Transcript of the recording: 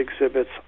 exhibits